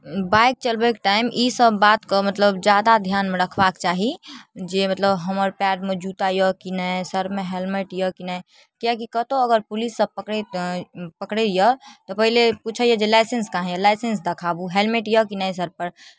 bike चलबैके time ईसभ बातके मतलब ज्यादा ध्यानमे रखबाक चाही जे मतलब हमर पएरमे जूता यए कि नहि सरमे हैलमेट यए कि नहि किएकि कतहु अगर पुलिससभ पकड़ैत पकड़ैए तऽ पहिले पूछैए जे लाइसेंस कहाँ है लाइसेंस देखाउ हैलमेट यए कि नहि सरपर